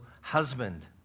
husband